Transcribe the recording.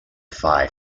phi